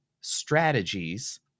strategies